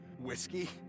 whiskey